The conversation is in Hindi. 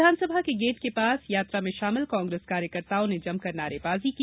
विधानसभा के गेट के पास यात्रा में शामिल कांग्रेस कार्यकर्ताओं ने जमकर नारेबाजी की